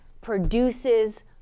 produces